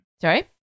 Sorry